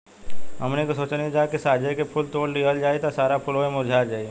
हमनी के सोचनी जा की साझे के फूल तोड़ लिहल जाइ त सारा फुलवे मुरझा जाइ